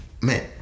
Man